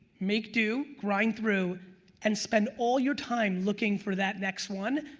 make do, grind through and spend all your time looking for that next one,